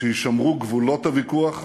שיישמרו גבולות הוויכוח,